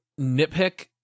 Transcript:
nitpick